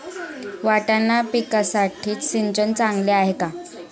वाटाणा पिकासाठी सिंचन चांगले आहे का?